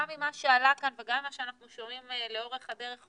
גם ממה שעלה כאן וגם ממה שאנחנו שומעים לאורך הדרך,